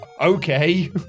Okay